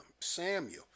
Samuel